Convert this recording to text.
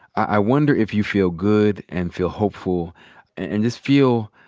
i wonder if you feel good and feel hopeful and just feel